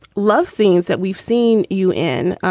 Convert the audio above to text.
love scenes that we've seen you in.